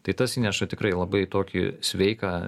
tai tas įneša tikrai labai tokį sveiką